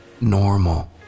normal